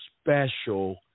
special